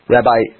Rabbi